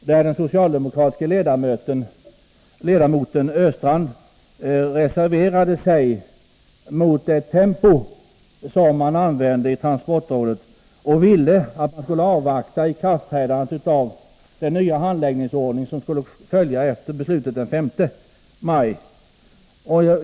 Den socialdemokratiske ledamoten Östrand reserverade sig mot det tempo som man höll i transportrådet och ville att man skulle avvakta ikraftträdandet av den nya handläggningsordning som skulle följa efter beslutet den 5 maj.